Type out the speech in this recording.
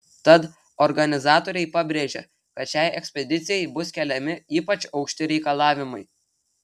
tad organizatoriai pabrėžia kad šiai ekspedicijai bus keliami ypač aukšti reikalavimai